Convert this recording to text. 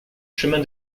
chemin